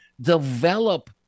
develop